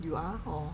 you are orh